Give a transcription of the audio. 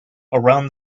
around